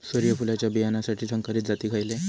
सूर्यफुलाच्या बियानासाठी संकरित जाती खयले?